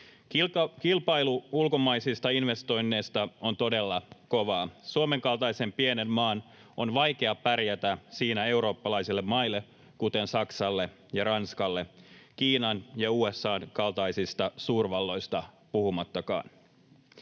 Kilpailu ulkomaisista investoinneista on todella kovaa. Suomen kaltaisen pienen maan on vaikea pärjätä siinä eurooppalaisille maille, kuten Saksalle ja Ranskalle, Kiinan ja USA:n kaltaisista suurvalloista puhumattakaan.